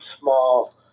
small